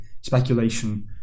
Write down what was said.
speculation